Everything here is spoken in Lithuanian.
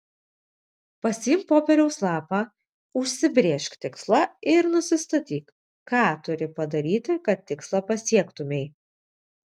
pasiimk popieriaus lapą užsibrėžk tikslą ir nusistatyk ką turi padaryti kad tikslą pasiektumei